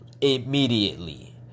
immediately